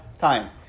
Time